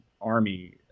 army